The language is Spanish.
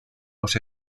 los